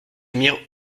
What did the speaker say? mirent